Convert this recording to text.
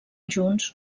junts